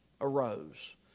Arose